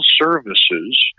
services